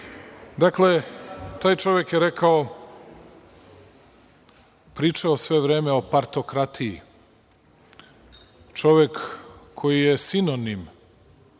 nije. Dakle, taj čovek je pričao sve vreme o partokratiji. Čovek koji je sinonim